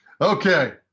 Okay